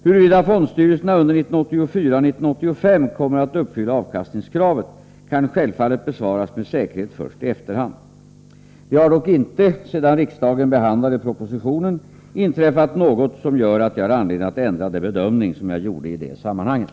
Huruvida fondstyrelserna under 1984 och 1985 kommer att uppfylla avkastningskravet kan självfallet besvaras med säkerhet först i efterhand. — Nr 126 Det har dock inte, sedan riksdagen behandlade propositionen, inträffat